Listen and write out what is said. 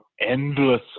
endless